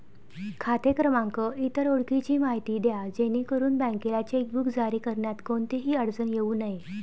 खाते क्रमांक, इतर ओळखीची माहिती द्या जेणेकरून बँकेला चेकबुक जारी करण्यात कोणतीही अडचण येऊ नये